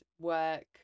Work